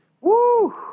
Woo